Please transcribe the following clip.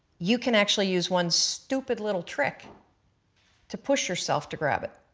you can actually use one stupid little trick to push yourself to grab it.